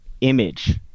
image